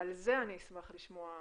על זה אני אשמח לשמוע.